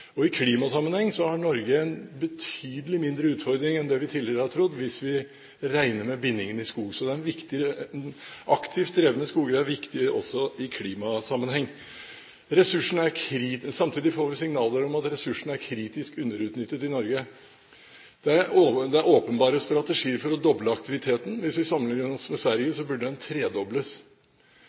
I klimasammenheng har Norge en betydelig mindre utfordring enn det vi tidligere har trodd, hvis vi regner med bindingene i skog. Så aktivt drevne skoger er viktig også i klimasammenheng. Samtidig får vi signaler om at ressursene er kritisk underutnyttet i Norge. Det er åpenbare strategier for å doble aktiviteten – hvis vi sammenligner oss med Sverige, burde den tredobles.